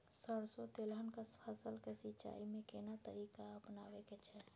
सरसो तेलहनक फसल के सिंचाई में केना तरीका अपनाबे के छै?